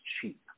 cheap